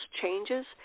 changes